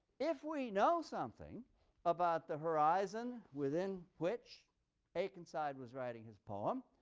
if we know something about the horizon within which akenside was writing his poem,